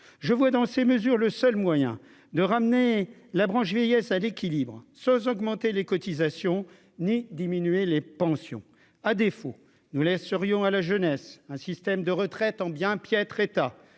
je vois dans ces mesures, le seul moyen de ramener la branche vieillesse à l'équilibre, sans augmenter les cotisations, ni diminuer les pensions à défaut nous laisserions à la jeunesse, un système de retraites en bien piètre état